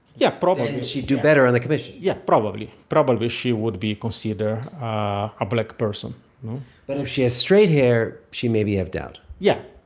yeah. probably. then she'd do better on the commission yeah. probably. probably, she would be considered a ah black person but if she has straight hair, she may be of doubt yeah.